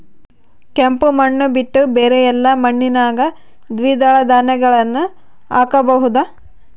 ಕೆಂಪು ಮಣ್ಣು ಬಿಟ್ಟು ಬೇರೆ ಎಲ್ಲಾ ಮಣ್ಣಿನಾಗ ದ್ವಿದಳ ಧಾನ್ಯಗಳನ್ನ ಹಾಕಬಹುದಾ?